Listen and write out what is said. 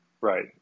Right